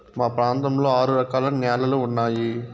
మా ప్రాంతంలో ఆరు రకాల న్యాలలు ఉన్నాయి